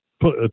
put